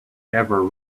ever